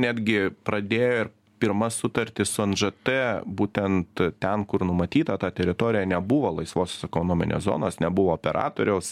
netgi pradėjo ir pirma sutartį su nžt būtent ten kur numatyta ta teritorija nebuvo laisvosios ekonominės zonos nebuvo operatoriaus